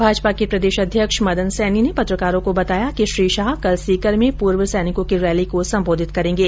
भाजपा के प्रदेश अध्यक्ष मदन सैनी ने पत्रकारों को बताया कि श्री शाह कल सीकर में पूर्व सैनिकों की रैली को संबोधित करेंगे